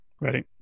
Ready